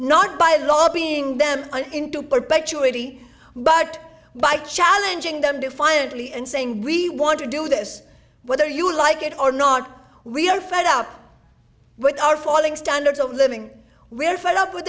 not by lobbying them into perpetuating but by challenging them defiantly and saying we want to do this whether you like it or not we are fed up with our falling standards of living we're fed up with